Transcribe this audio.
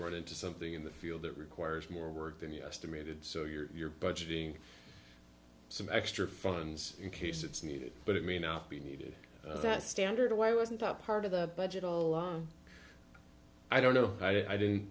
run into something in the field that requires more work than the estimated so you're budgeting some extra funds in case it's needed but it may not be needed that standard why wasn't that part of the budget a lot i don't know i didn't